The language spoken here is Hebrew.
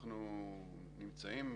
אנחנו נמצאים,